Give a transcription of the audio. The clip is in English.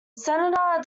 senator